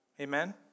Amen